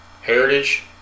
Heritage